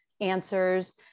answers